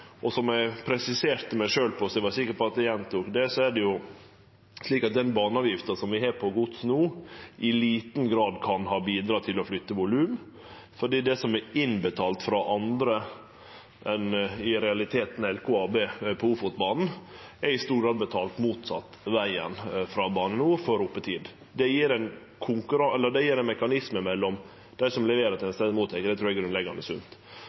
sa sist eg var her – og som eg presiserte for meg sjølv, slik at eg var sikker på at eg gjentok det – kan den baneavgifta som vi no har på gods, i liten grad ha bidrege til å flytte volum, for det som er betalt inn på Ofotbanen frå andre enn i realiteten LKAB, er i stor grad betalt den motsette vegen, frå Bane NOR, for oppetid. Det gjev ein mekansime mellom dei som leverer tenester, og dei som tek imot dei. Det trur eg